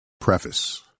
preface